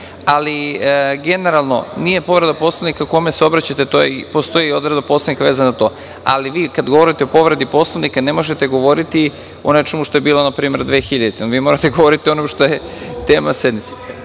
reč. Generalno, nije povreda Poslovnika kome se obraćate. Postoji i odredba Poslovnika vezano za to. Ali, kada govorite o povredi Poslovnika, ne možete govoriti o nečemu što je bilo npr. 2000. godine. Morate da govorite o onome što je tema sednice.